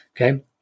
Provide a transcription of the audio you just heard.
Okay